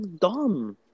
dumb